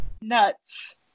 nuts